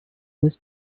was